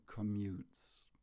commutes